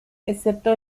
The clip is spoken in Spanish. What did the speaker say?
excepto